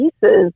pieces